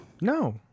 No